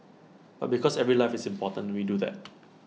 but because every life is important we do that